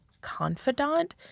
confidant